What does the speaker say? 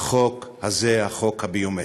החוק הזה, החוק הביומטרי.